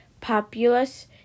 populous